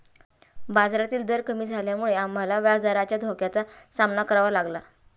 बाजारातील दर कमी झाल्यामुळे आम्हाला व्याजदराच्या धोक्याचा सामना करावा लागला